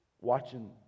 watching